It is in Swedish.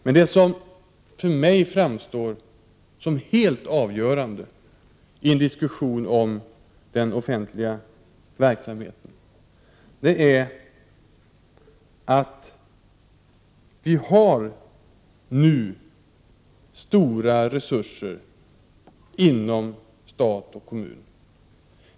Men det som för mig framstår som helt avgörande vid en diskussion om den offentliga verksamheten är att vi nu har stora resurser inom stat och kommun.